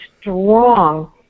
strong